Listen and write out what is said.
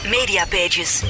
MediaPages